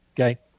Okay